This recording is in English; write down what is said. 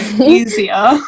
easier